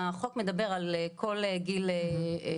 החוק מדבר על כל גיל של פטירה.